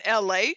LA